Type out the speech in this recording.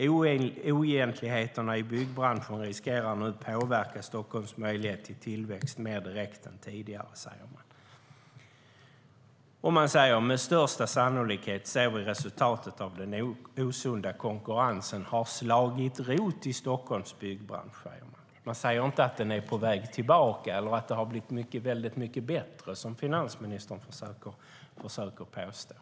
Oegentligheterna i byggbranschen riskerar nu att påverka Stockholms möjlighet till tillväxt mer direkt än tidigare." De säger också att "med största sannolikhet ser vi resultatet av att den osunda konkurrensen har slagit rot i Stockholms byggbransch". De säger inte att den är på väg tillbaka eller att det har blivit mycket bättre, som finansministern försöker påstå.